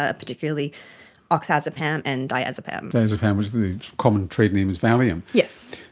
ah particularly oxazepam and diazepam. diazepam, the common trade name is valium. yes.